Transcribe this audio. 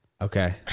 okay